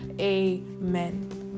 Amen